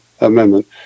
Amendment